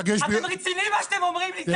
אתם רציניים במה שאתם אומרים?